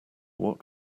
what